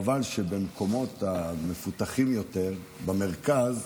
חבל שבמקומות המפותחים יותר, במרכז,